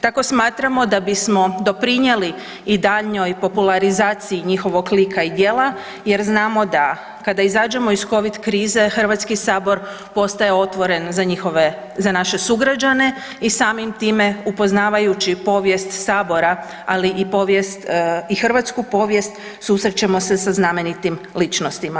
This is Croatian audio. Tako smatramo da bismo doprinijeli i daljnjoj popularizaciji njihovog lika i djela jer znamo da kada izađemo iz covid krize HS postaje otvoren za naše sugrađane i samim time upoznavajući povijest sabora, ali i povijest, i hrvatsku povijest, susrećemo se sa znamenitim ličnostima.